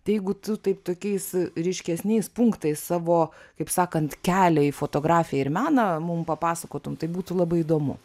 jeigu tu taip tokiais ryškesniais punktais savo kaip sakant kelią į fotografiją ir meną mum papasakotum tai būtų labai įdomu